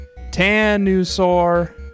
Tanusor